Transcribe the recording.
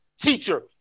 teacher